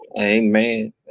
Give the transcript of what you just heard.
Amen